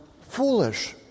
foolish